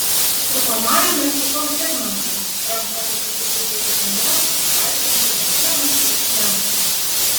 rūkomajame sutikau zigmantą rankas susikišusį į kišenes vaikštantį nuo sienos prie sienos